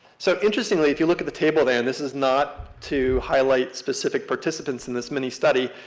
so interestingly, if you look at the table there, and this is not to highlight specific participants in this mini-study,